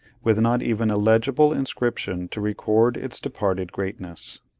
with not even a legible inscription to record its departed greatness.